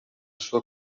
sua